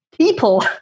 people